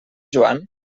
joan